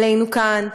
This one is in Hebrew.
עלינו כאן,